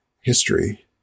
history